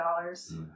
dollars